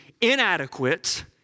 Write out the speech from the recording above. inadequate